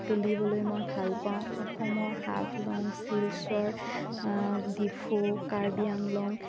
তুলিবলৈ মই ভালপাওঁ অসমৰ হাফ লং চিলচৰ ডিফু কাৰ্বি আংলং